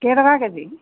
কেইটকা কেজি